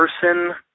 person